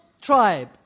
tribe